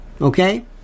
Okay